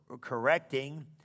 correcting